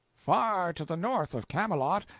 far to the north of camelot,